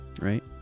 right